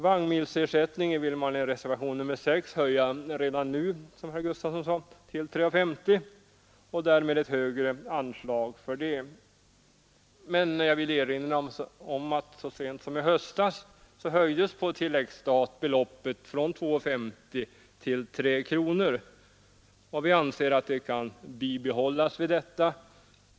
Vagnmilsersättnigen vill man i reservationen 6 höja redan nu till 3:50 och yrkar därför på ett högre anslag. Jag vill erinra om att så sent som i höstas höjdes på tilläggsstat beloppet från 2:50 till 3 kronor. Vi anser att detta belopp kan bibehållas.